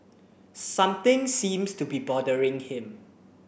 something seems to be bothering him